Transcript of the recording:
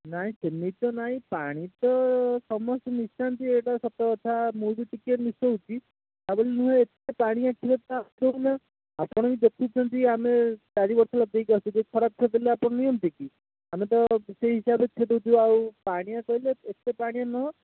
ନାହିଁ ସେମିତି ତ ନାହିଁ ପାଣି ତ ସମସ୍ତେ ମିଶାନ୍ତି ଏଇଟା ସତ କଥା ମୁଁ ବି ଟିକେ ମିଶାଉଛି ତା ବୋଲି ନୁହେଁ ଏତେ ପାଣିଆ କ୍ଷୀର ତ ଆସୁଥିବ ନା ଆପଣ ବି ଦେଖୁଛନ୍ତି ଆମେ ଚାରି ବର୍ଷ ହେଲା ଦେଇକି ଆସୁଛୁ ଯଦି ଖରାପ କ୍ଷୀର ହେଲେ ଆପଣ ନିଅନ୍ତେ କି ଆମେ ତ ସେଇ ହିସାବରେ କ୍ଷୀର ଦେଉଛୁ ଆଉ ପାଣିଆ କହିଲେ ଏତେ ପାଣିଆ ନୁହଁ